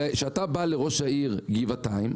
וכשאתה בא לראש העיר גבעתיים,